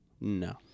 No